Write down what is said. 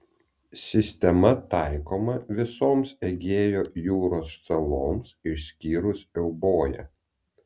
sistema taikoma visoms egėjo jūros saloms išskyrus euboją